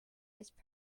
birthday